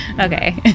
Okay